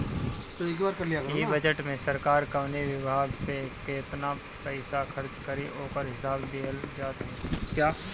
इ बजट में सरकार कवनी विभाग पे केतना पईसा खर्च करी ओकर हिसाब दिहल जात हवे